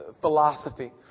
philosophy